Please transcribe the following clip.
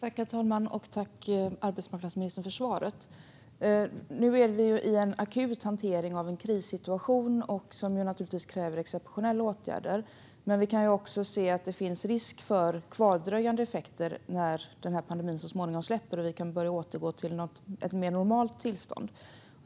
Herr talman! Jag tackar arbetsmarknadsministern för svaret. Nu är vi i en akut hantering av en krissituation som naturligtvis kräver exceptionella åtgärder. Men vi kan också se att det finns risk för kvardröjande effekter när pandemin så småningom släpper och vi kan börja återgå till ett mer normalt tillstånd.